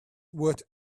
word